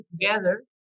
together